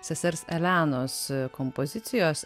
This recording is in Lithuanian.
sesers elenos kompozicijos